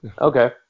Okay